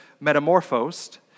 metamorphosed